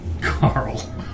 Carl